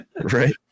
Right